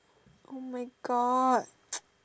oh my God